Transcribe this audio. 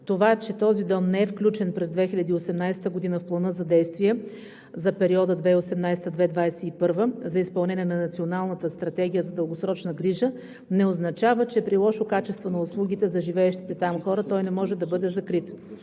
Това, че този дом не е включен през 2018 г. в Плана за действие за периода 2018 – 2021 г. за изпълнение на Националната стратегия за дългосрочна грижа не означава, че при лошо качество на услугите за живеещите там хора той не може да бъде закрит.